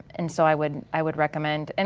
and so i would i would recommend, and